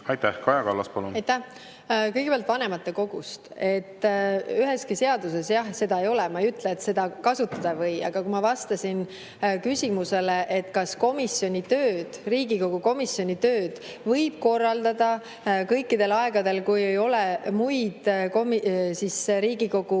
Kõigepealt vanematekogust. Üheski seaduses jah seda ei ole. Ma ei ütle, et seda kasutada ei või. Aga kui ma vastasin küsimusele, kas Riigikogu komisjoni tööd võib korraldada kõikidel aegadel, kui ei ole muid Riigikogu